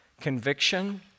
conviction